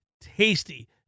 tasty